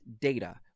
data